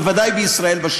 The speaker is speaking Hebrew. בוודאי לא בישראל,